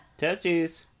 Testies